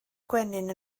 gwenyn